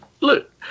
Look